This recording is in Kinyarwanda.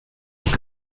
iyi